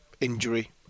injury